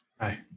Hi